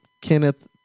Kenneth